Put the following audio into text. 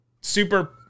super